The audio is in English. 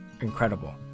Incredible